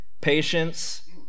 patience